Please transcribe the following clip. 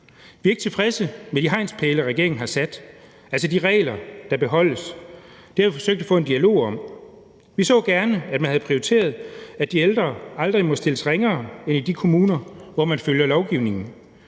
Vi er ikke tilfredse med de hegnspæle, regeringen har sat, altså de regler, der beholdes. Det har vi forsøgt at få en dialog om. Vi så gerne, at man havde prioriteret, at de ældre aldrig må stilles ringere end i de kommuner, hvor man følger lovgivningen,